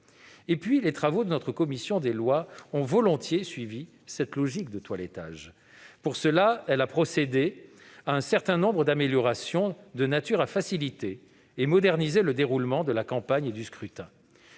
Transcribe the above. Les travaux de notre commission des lois ont volontiers suivi cette logique de toilettage. Pour cela, elle a procédé à un certain nombre d'améliorations de nature à faciliter et à moderniser le déroulement de la campagne et du scrutin.